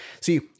See